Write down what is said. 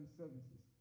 services